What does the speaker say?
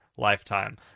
lifetime